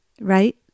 right